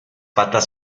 patas